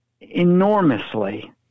enormously